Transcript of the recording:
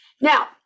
Now